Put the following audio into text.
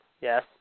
Yes